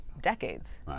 decades